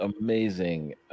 amazing